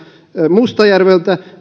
mustajärveltä